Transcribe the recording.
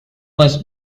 was